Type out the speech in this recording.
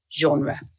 genre